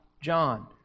John